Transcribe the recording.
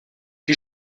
die